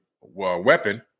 weapon